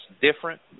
different